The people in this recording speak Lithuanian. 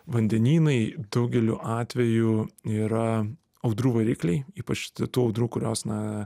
vandenynai daugeliu atvejų yra audrų varikliai ypač tų audrų kurios na